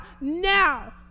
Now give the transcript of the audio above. now